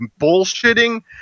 bullshitting